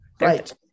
Right